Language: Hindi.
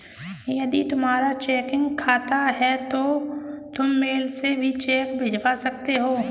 यदि तुम्हारा चेकिंग खाता है तो तुम मेल से भी चेक भिजवा सकते हो